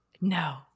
No